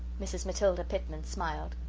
mrs. matilda pitman smiled.